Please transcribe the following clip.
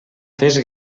fes